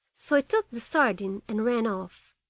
so he took the sardine and ran off.